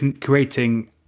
creating